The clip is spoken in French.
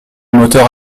moteur